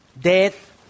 death